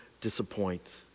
disappoint